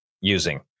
using